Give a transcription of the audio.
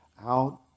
out